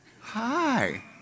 Hi